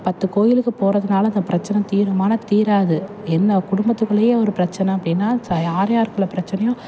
பத்துக் கோவிலுக்கு போகிறதுனால அந்த பிரச்சனை தீருமான்னா தீராது என்ன குடும்பத்துக்குள்ளேயே ஒரு பிரச்சனை அப்படின்னா ச யார் யாருக்குள்ளே பிரச்சனையோ